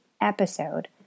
episode